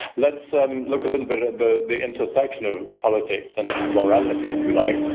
let's um look a little bit at the intersection of politics and morality, if you like,